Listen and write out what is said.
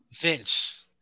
Vince